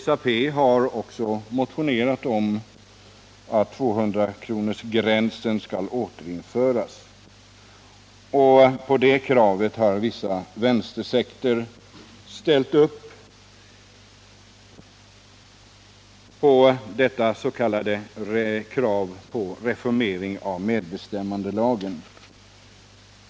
SAP har också motionerat om att 200-kronorsgränsen skall återinföras, och vissa vänstersekter har ställt upp på detta krav på s.k. reformering av medbestämmandelagen.